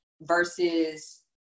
versus